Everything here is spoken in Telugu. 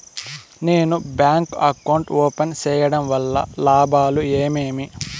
నేను బ్యాంకు అకౌంట్ ఓపెన్ సేయడం వల్ల లాభాలు ఏమేమి?